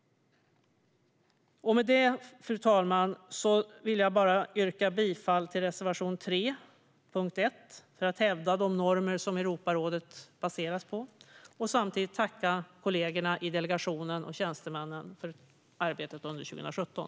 Med detta, fru talman, vill jag yrka bifall till reservation 3, punkt 1, för att hävda de normer som Europarådet baseras på. Jag vill även tacka kollegorna och tjänstemännen i delegationen för arbetet under 2017.